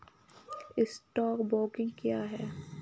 Stock broking क्या है?